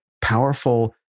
powerful